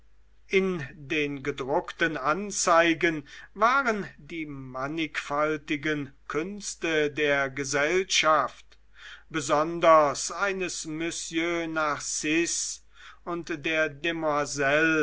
in den gedruckten anzeigen waren die mannigfaltigen künste der gesellschaft besonders eines monsieur narziß und der